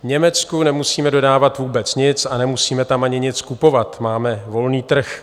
Německu nemusíme dodávat vůbec nic a nemusíme tam ani nic kupovat, máme volný trh.